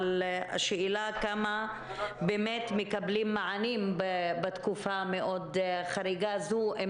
אבל השאלה כמה באמת מקבלים מענה בתקופה המאוד חריגה הזאת אם